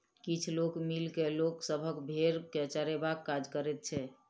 किछ लोक मिल के लोक सभक भेंड़ के चरयबाक काज करैत छै